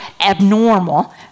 abnormal